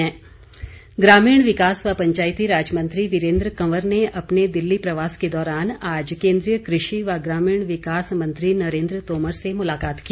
वीरेन्द्र कंवर ग्रामीण विकास व पंचायती राज मंत्री वीरेन्द्र कंवर ने अपने दिल्ली प्रवास के दौरान आज केन्द्रीय कृषि व ग्रामीण विकास मंत्री नरेन्द्र तोमर से मुलाकात की